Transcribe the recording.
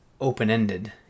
open-ended